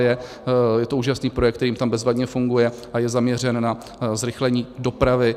Je to úžasný projekt, který jim tam bezvadně funguje a je zaměřen na zrychlení dopravy.